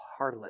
harlot